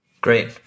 Great